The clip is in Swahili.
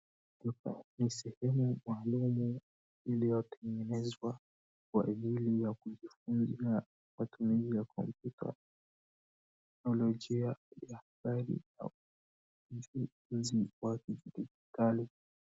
Hapa ni sehemu maalum ambayo iliyotengenezwa kwa ajili ya kujifunzia matumizi ya kompyuta. Teknolojia ya habari au kali.